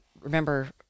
remember